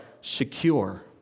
secure